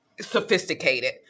sophisticated